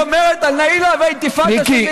שאומרת על "נאילה והאינתיפאדה" אין שר,